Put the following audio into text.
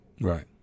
Right